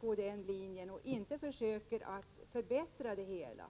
på den linjen i stället för att försöka förbättra läget.